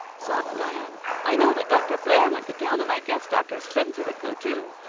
sobbed diana. i know that dr. blair went to town and i guess dr. spencer would go too.